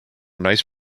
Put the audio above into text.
nice